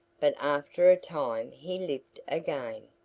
but after a time he lived again,